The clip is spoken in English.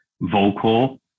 vocal